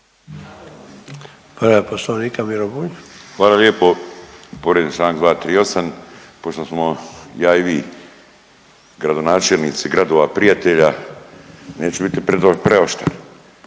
Hvala lijepo. Povrijeđen je Članak 238., pošto smo ja i vi gradonačelnici gradova prijatelja neću biti preoštar,